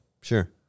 Sure